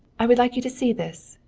i would like you to see this,